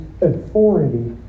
authority